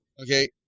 okay